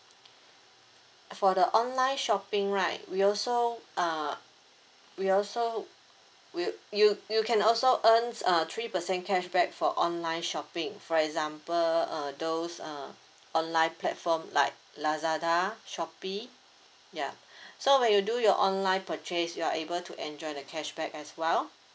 for the online shopping right we also uh we also we you you can also earns uh three percent cashback for online shopping for example uh those uh online platform like lazada shopee ya so when you do your online purchase you are able to enjoy the cashback as well